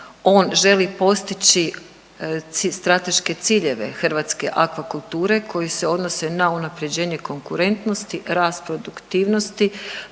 On želi postići strateške ciljeve hrvatske akvakulture koji se odnose na unapređenje konkurentnosti, rast produktivnosti,